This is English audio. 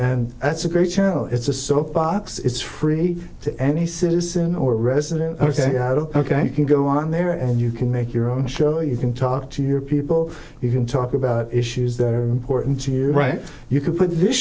and that's a great channel it's a soap box it's free to any citizen or resident ok ok you can go on there and you can make your own show you can talk to your people you can talk about issues that are important to you you can put this